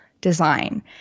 design